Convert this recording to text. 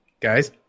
Guys